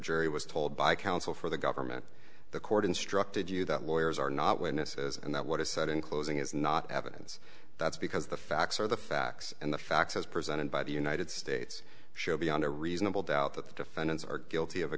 jury was told by counsel for the government the court instructed you that lawyers are not witnesses and that what is said in closing is not evidence that's because the facts are the facts and the facts as presented by the united states show beyond a reasonable doubt that the defendants are guilty of a